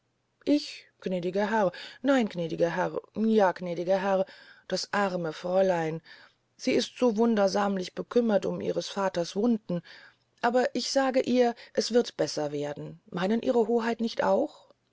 ich gnädiger herr nein gnädiger herr ja gnädiger herr das arme fräulein sie ist so wundersamlich bekümmert um ihres vaters wunden aber ich sage ihr er wird besser werden meynen ihre hoheit nicht auch